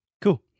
Cool